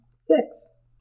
Six